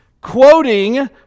quoting